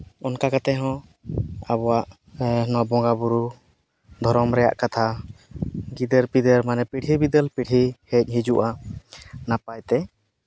ᱚᱱᱠᱟ ᱠᱟᱛᱮᱦᱚᱸ ᱟᱵᱚᱣᱟᱜ ᱱᱚᱣᱟ ᱵᱚᱸᱜᱟᱼᱵᱩᱨᱩ ᱫᱷᱚᱨᱚᱢ ᱨᱮᱭᱟᱜ ᱠᱟᱛᱷᱟ ᱜᱤᱫᱟᱹᱨᱼᱯᱤᱫᱟᱹᱨ ᱢᱟᱱᱮ ᱯᱤᱲᱦᱤ ᱵᱤᱫᱟᱹᱞ ᱯᱤᱲᱦᱤ ᱦᱮᱡ ᱦᱤᱡᱩᱜᱼᱟ ᱱᱟᱯᱟᱭᱛᱮ